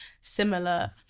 similar